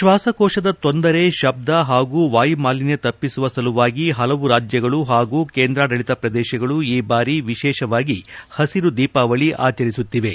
ಶ್ವಾಸಕೋಶದ ತೊಂದರೆ ಶಬ್ದ ಹಾಗೂ ವಾಯುಮಾಲಿನ್ಯ ತಪ್ಪಿಸುವ ಸಲುವಾಗಿ ಹಲವು ರಾಜ್ಯಗಳು ಹಾಗೂ ಕೇಂದ್ರಾಡಳಿತ ಪ್ರದೇಶಗಳು ಈ ಬಾರಿ ವಿಶೇಷವಾಗಿ ಹಸಿರು ದೀಪಾವಳಿ ಆಚರಿಸುತ್ತಿವೆ